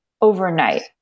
overnight